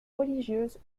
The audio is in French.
religieuses